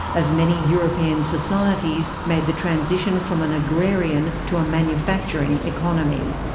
as many european societies made the transition from an agrarian to a manufacturing economy.